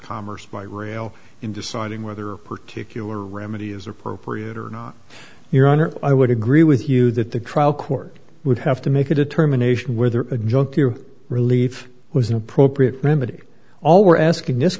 commerce by rail in deciding whether a particular remedy is appropriate or not your honor i would agree with you that the trial court would have to make a determination whether a junkie or relief was an appropriate remedy all we're asking this